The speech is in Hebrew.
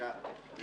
פרטית או